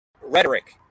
rhetoric